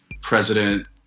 president